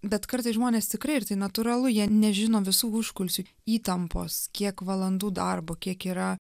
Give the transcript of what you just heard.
bet kartais žmonės tikrai ir tai natūralu jie nežino visų užkulisių įtampos kiek valandų darbo kiek yra